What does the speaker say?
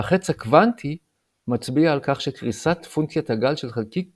והחץ הקוונטי מצביע על כך שקריסת פונקציית הגל של חלקיק